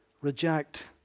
reject